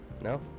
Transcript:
No